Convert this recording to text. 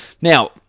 Now